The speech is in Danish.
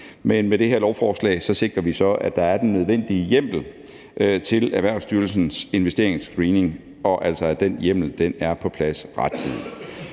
Men med det her lovforslag sikrer vi så, at der er den nødvendige hjemmel til Erhvervsstyrelsens investeringsscreening, og at den hjemmel altså er på plads rettidigt.